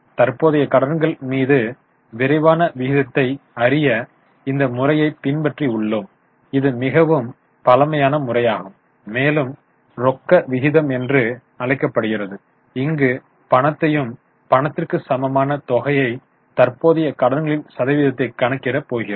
தற்போதைய கடன்கள் மீது விரைவான விகிதத்தை அறிய இந்த முறையை பின்பற்றி உள்ளோம் இது மிகவும் பழமையான முறையாகும் மேலும் ரொக்க விகிதம் என்று அழைக்கப்படுகிறது இங்கு பணத்தையும் பணத்திற்கு சமமான தொகையை தற்போதைய கடன்களின் சதவீதத்தைக் கணக்கிட போகிறோம்